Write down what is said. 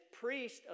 priest